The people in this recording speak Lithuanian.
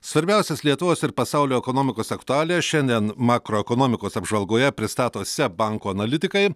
svarbiausias lietuvos ir pasaulio ekonomikos aktualijas šiandien makroekonomikos apžvalgoje pristato seb banko analitikai